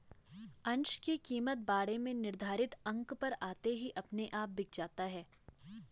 अंश की कीमत बाड़े में निर्धारित अंक पर आते ही अपने आप बिक जाता है